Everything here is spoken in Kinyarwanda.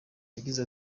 yagize